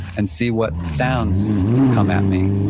and see what sounds come at me.